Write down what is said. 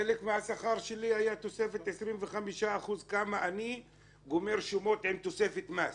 חלק מהשכר שלי היה תוספת של 25% ממה שאני גומר שומות עם תוספת מס.